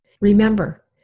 Remember